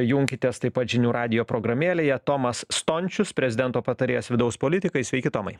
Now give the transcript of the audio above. junkitės taip pat žinių radijo programėlėje tomas stončius prezidento patarėjas vidaus politikai sveiki tomai